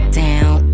down